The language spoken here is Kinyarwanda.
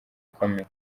ikomeye